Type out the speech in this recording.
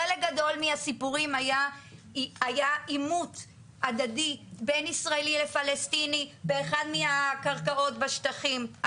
חלק גדול מהסיפורים היה עימות הדדי בין ישראלי לפלסטיני בקרקעות בשטחים,